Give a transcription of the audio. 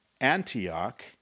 Antioch